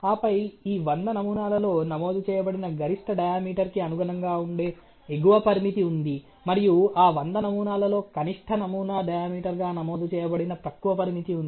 ఆపై ఈ 100 నమూనాలలో నమోదు చేయబడిన గరిష్ట డయామీటర్ కి అనుగుణంగా ఉండే ఎగువ పరిమితి ఉంది మరియు ఆ 100 నమూనాలలో కనిష్ట నమూనా డయామీటర్ గా నమోదు చేయబడిన తక్కువ పరిమితి ఉంది